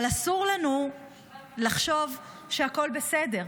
אבל אסור לנו לחשוב שהכול בסדר.